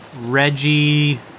Reggie